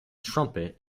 trumpet